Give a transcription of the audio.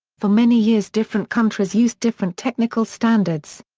for many years different countries used different technical standards.